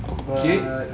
okay